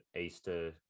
easter